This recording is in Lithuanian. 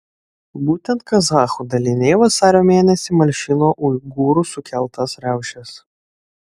būtent kazachų daliniai vasario mėnesį malšino uigūrų sukeltas riaušes